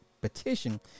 petition